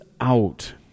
out